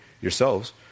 yourselves